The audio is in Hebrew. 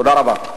תודה רבה.